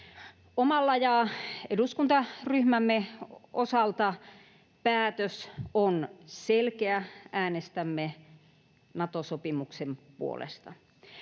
Omalta ja eduskuntaryhmämme osalta päätös on selkeä: äänestämme Nato-sopimuksen puolesta.